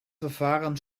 verfahren